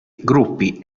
gruppi